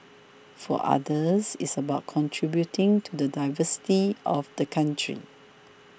for others it's about contributing to the diversity of the country